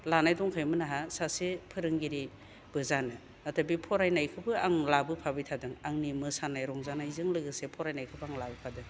लानाय दंखायोमोन आंहा सासे फोरोंगिरिबो जानो नाथाय बे फरायनायखौबो आं लाबोफाबाय थादों आंनि मोसानाय रंजानायजों लोगोसे फरायनायखौबो आं लाबोफादों